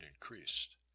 increased